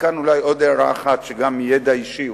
וכאן אולי עוד הערה אחת שהיא גם מידע אישי,